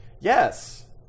Yes